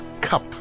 Cup